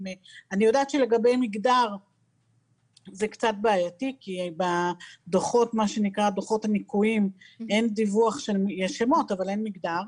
לגבי מגדר זה בעייתי כי בדוחות הניכויים יש שמות אבל אין מגדר.